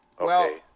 Okay